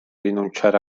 rinunciare